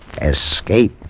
Escape